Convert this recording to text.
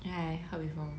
ya I heard before